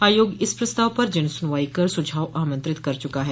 आयोग इस प्रस्ताव पर जन सुनवाई कर सुझाव आमंत्रित कर चुका है